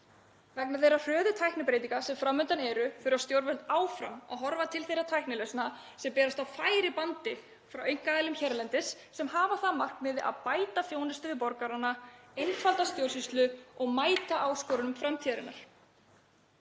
Vegna þeirra hröðu tæknibreytinga sem fram undan eru þurfa stjórnvöld áfram að horfa til þeirra tæknilausna sem berast á færibandi frá einkaaðilum hérlendis sem hafa það að markmiði að bæta þjónustu við borgarana, einfalda stjórnsýslu og mæta áskorunum framtíðarinnar.